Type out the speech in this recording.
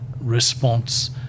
response